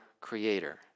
creator